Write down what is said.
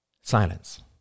Silence